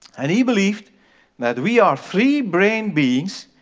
and he believed that we are three-brained beings,